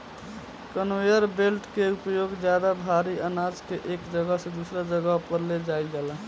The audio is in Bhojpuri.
कन्वेयर बेल्ट के उपयोग ज्यादा भारी आनाज के एक जगह से दूसरा जगह पर ले जाईल जाला